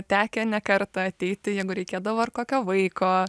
tekę ne kartą ateiti jeigu reikėdavo ar kokio vaiko